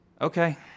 okay